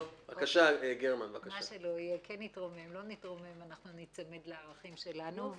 מה שלא יהיה כן נתרומם או לא נתרומם אנחנו ניצמד לערכים שלנו,